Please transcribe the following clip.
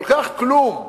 כל כך כלום.